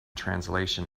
translation